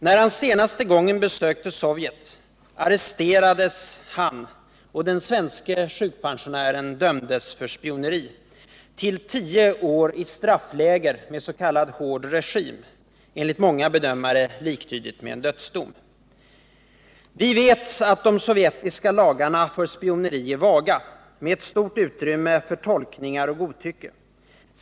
När han senaste gången besökte Sovjet arresterades han, och den svenske sjukpensionären dömdes för spioneri till tio år i straffläger med s.k. hård regim — enligt många bedömare liktydigt med en dödsdom. Vi vet att de sovjetiska lagarna för spioneri är vaga, med ett stort utrymme för tolkningar och godtycke.